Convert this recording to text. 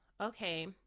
okay